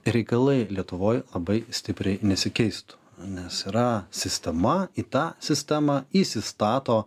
reikalai lietuvoj labai stipriai nesikeistų nes yra sistema į tą sistemą įsistato